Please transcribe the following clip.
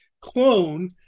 clone